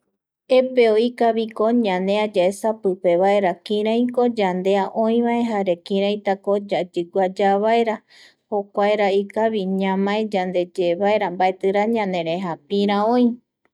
Epeo retape yandepuere yaesa ñanea, jaema ñañeñono kavi vaera ñamae vaera yandeye kirai ra yayea viki ñaiva, yayigua ñaiva.